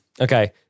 Okay